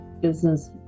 Business